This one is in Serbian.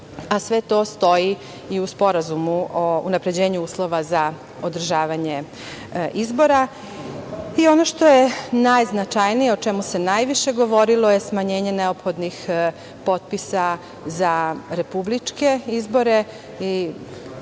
a sve to stoji i u Sporazumu o unapređenju uslova za održavanje izbora. Ono što je najznačajnije, o čemu se najviše govorile, to je smanjenje neophodnih potpisa za republičke izbore,